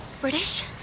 British